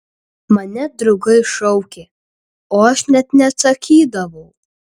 mane draugai šaukė o aš net neatsakydavau